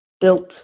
built